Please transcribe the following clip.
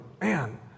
Man